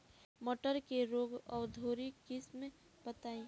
मटर के रोग अवरोधी किस्म बताई?